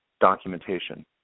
documentation